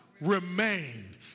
Remain